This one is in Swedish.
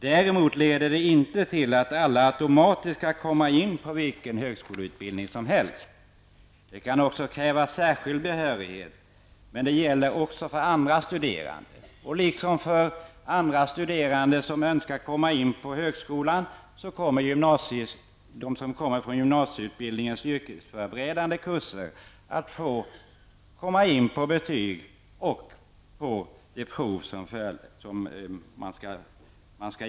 Däremot leder det inte till att alla automatiskt kan komma in på vilken högskoleutbildning som helst. Det kan också krävas särskild behörighet. Men det gäller också för andra studerande. Liksom andra studerande som önskar komma in på högskolan får de elever som kommer från gymnasieskolans yrkesförberedande kurser söka in på betyg och det prov som man skall genomgå.